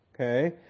okay